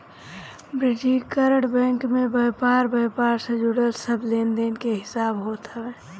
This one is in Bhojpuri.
वाणिज्यिक बैंक में व्यापार व्यापार से जुड़ल सब लेनदेन के हिसाब होत हवे